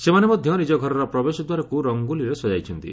ସେମାନେ ମଧ୍ୟ ନିଜ ଘରର ପ୍ରବେଶଦ୍ୱାରକୁ ରଙ୍ଗୋଲିରେ ସଜାଇଛନ୍ତି